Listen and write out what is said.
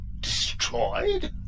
Destroyed